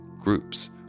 Groups